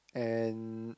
and